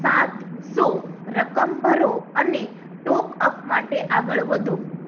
સાતસો રકમ ભરો અને ટોપઅપ માટે આગળ વધો